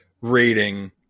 rating